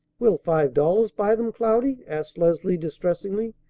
will five dollars buy them, cloudy? asked leslie distressingly.